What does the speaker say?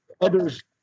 others